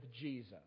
Jesus